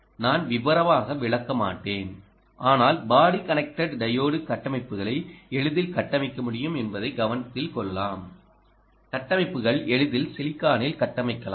நான் விவரமாக விளக்கமாட்டேன் ஆனால் பாடி கனெக்டட் டையோடு கட்டமைப்புகளை எளிதில் கட்டமைக்க முடியும் என்பதை கவனத்தில் கொள்ளலாம் கட்டமைப்புகள் எளிதில் சிலிக்கானில் கட்டமைக்கலாம்